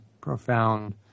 profound